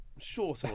Sure